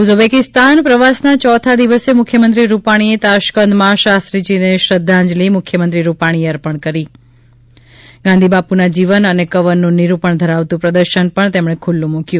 Uzbekistan પ્રવાસના ચોથા દિવસે મુખ્યમંત્રી રૂપાણીએ તાશ્કંદમાં શાસ્રીસાજીને શ્રદ્ધાંજલી મુખ્યમંત્રી રૂપાણીએ અર્પણ કરી ગાંધીબાપુના જીવન અને કવનનું નિરૂપણ ધરાવતું પ્રદર્શન પણ તેમણે ખુલ્લું મુક્યું